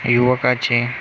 युवकाचे